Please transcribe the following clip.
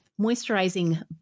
Moisturizing